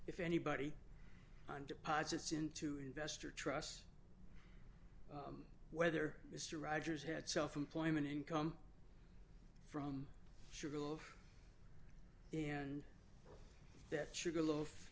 if anybody on deposits into investor trust whether mr rogers had self employment income from sugar of and that sugar loaf